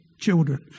children